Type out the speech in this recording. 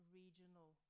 regional